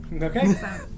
Okay